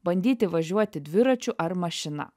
bandyti važiuoti dviračiu ar mašina